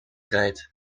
rijdt